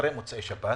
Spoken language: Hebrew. בשבת